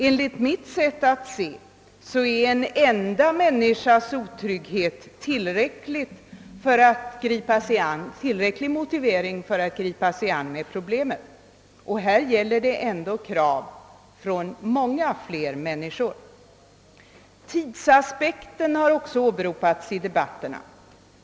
Enligt mitt sätt att se är redan en enda människas otrygghet tillräcklig motivering för att gripa sig an problemet, och här gäller det krav från många människor. Tidsaspekten har också åberopats i debatterna.